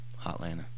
Hotlanta